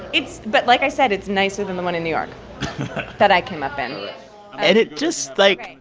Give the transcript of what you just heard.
it's but, like i said, it's nicer than the one in new york that i came up in and it just, like,